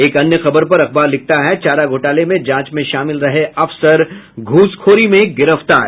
एक अन्य खबर पर अखबार लिखता है चारा घोटाले में जांच में शामिल रहे अफसर घूसखोरी में गिरफ्तार